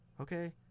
Okay